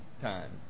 time